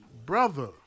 Brother